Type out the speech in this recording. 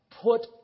put